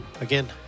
again